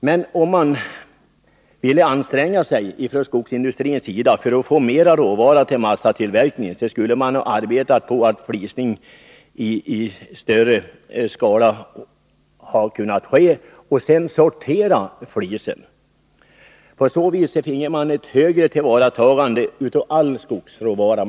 Men om man från skogsindustrins sida ville anstränga sig för att få mera råvara till massatillverkningen, skulle man ha arbetat på flisning i större skala och sedan sortering av flisen. På så vis finge man ett högre tillvaratagande av all skogsråvara.